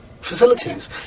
facilities